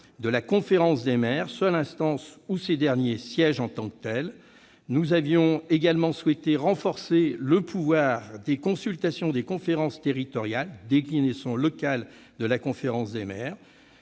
de la conférence des maires, seule instance où ces derniers siègent en tant que tels. Nous voulions renforcer aussi le pouvoir de consultation des conférences territoriales, déclinaisons locales de la conférence des maires.